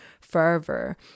fervor